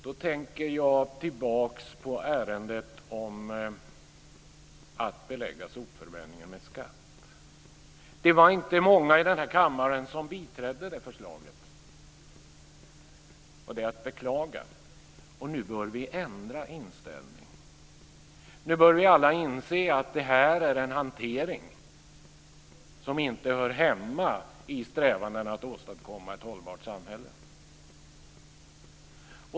Då tänker jag tillbaka på ärendet om att belägga sopförbränningen med skatt. Det var inte många i den här kammaren som biträdde det förslaget, och det är att beklaga. Nu bör vi ändra inställning. Nu bör vi alla inse att det här är en hantering som inte hör hemma i strävandena att åstadkomma ett hållbart samhälle.